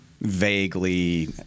vaguely